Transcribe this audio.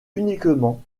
uniquement